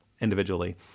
individually